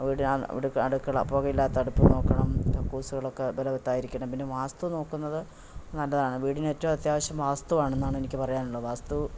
വീടിനാ അടുക്കള പുകയില്ലാത്ത അടുപ്പ് നോക്കണം കക്കൂസുകളൊക്കെ ബലവത്തായിരിക്കണം പിന്നെ വാസ്തു നോക്കുന്നത് നല്ലതാണ് വീടിന് ഏറ്റവും അത്യാവശ്യം വാസ്തുവാണെന്നാണ് എനിക്ക് പറയാനുള്ളത് വാസ്തു